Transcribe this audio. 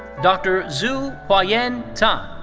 dr. zu puayen tan.